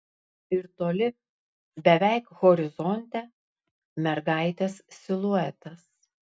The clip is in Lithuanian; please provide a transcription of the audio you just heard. ir toli beveik horizonte mergaitės siluetas